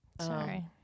Sorry